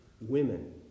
Women